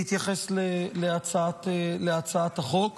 להתייחס להצעת החוק